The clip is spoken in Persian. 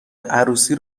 عروسی